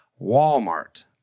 Walmart